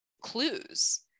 clues